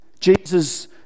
Jesus